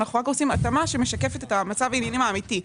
אנחנו רק עושים התאמה שמשקפת את מצב העניינים האמיתי.